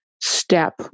step